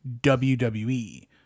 WWE